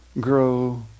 grow